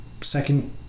Second